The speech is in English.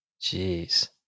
Jeez